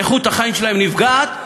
איכות החיים שלהם נפגעת,